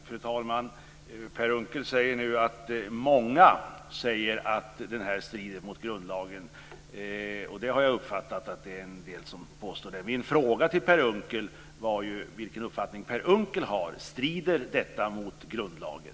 Fru talman! Per Unckel säger att många säger att det här strider mot grundlagen och jag har uppfattat att en del påstår det. Min fråga till Per Unckel var vilken uppfattning han har. Strider alltså detta mot grundlagen?